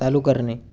चालू करने